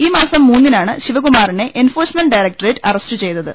ഈ മാസം മൂന്നിനാണ് ശിവ കുമാറിനെ എൻഫോഴ്സ്മെന്റ് ഡയറക്ട്രേറ്റ് അറസ്റ്റ് ചെയ്തത്